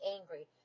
angry